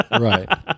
right